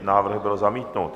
Návrh byl zamítnut.